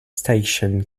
station